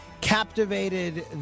Captivated